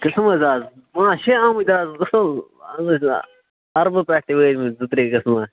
قٕسم حط اَز پانٛژ شےٚ آمتۍ اَز اَز ٲسۍ نا عربہ پٮ۪ٹھ تہِ وٲتۍمٕتۍ زٕ ترٛےٚ قسمہٕ